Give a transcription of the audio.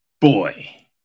Boy